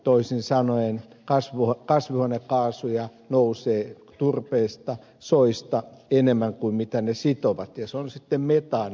toisin sanoen kasvihuonekaasuja nousee turpeesta soista enemmän kuin niitä sitoutuu ja se on sitten metaania